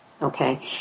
Okay